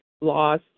loss